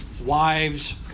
wives